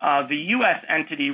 the u s entity